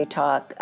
talk